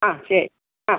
ആ ശരി ആ